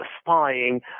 spying